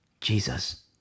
jesus